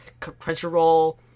Crunchyroll